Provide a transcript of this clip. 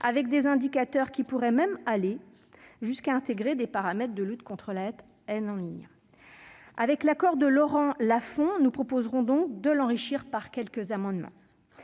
Les indicateurs fournis pourraient même aller jusqu'à intégrer des paramètres de lutte contre la haine en ligne. Avec l'accord de Laurent Lafon, nous proposerons quelques amendements